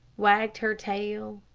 wagged her tail,